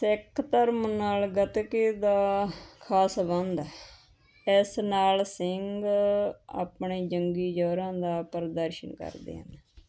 ਸਿੱਖ ਧਰਮ ਨਾਲ ਗਤਕੇ ਦਾ ਖਾਸ ਸੰਬੰਧ ਹੈ ਇਸ ਨਾਲ ਸਿੰਘ ਆਪਣੇ ਜੰਗੀ ਜੌਹਰਾਂ ਦਾ ਪ੍ਰਦਰਸ਼ਨ ਕਰਦੇ ਹਨ